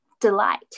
delight